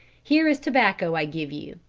here is tobacco i give you.